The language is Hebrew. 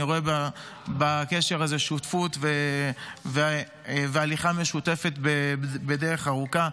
אני רואה בקשר הזה שותפות והליכה משותפת בדרך ארוכה.